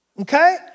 okay